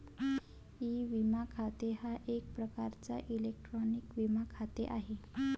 E विमा खाते हा एक प्रकारचा इलेक्ट्रॉनिक विमा खाते आहे